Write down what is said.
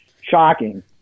shocking